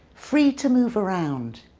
free to move around.